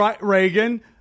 Reagan